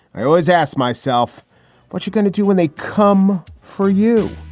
i always asked myself what you're going to do when they come for you.